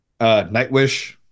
Nightwish